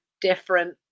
different